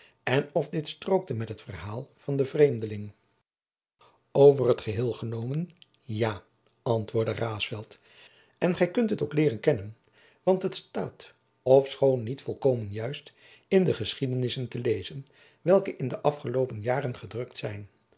en of dit strookte met het verhaal van den vreemdeling over t geheel genomen ja antwoordde raesfelt en gij kunt het ook leeren kennen want het staat ofschoon niet volkomen juist in de geschiedenissen te lezen welke in de afgeloopen jaren gedrukt zijn